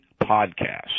podcast